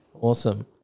Awesome